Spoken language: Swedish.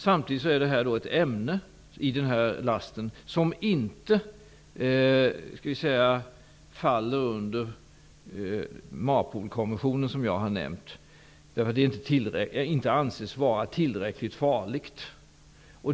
Samtidigt utgjordes lasten av ett ämne som inte faller under MARPOL-konventionen, som jag har nämnt, därför att det inte anses vara tillräckligt farligt.